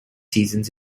seasons